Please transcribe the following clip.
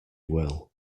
will